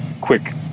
quick